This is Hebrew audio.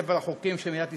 בספר החוקים של מדינת ישראל.